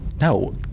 No